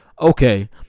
Okay